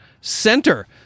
center